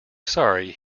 sorry